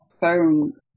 phone